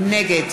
נגד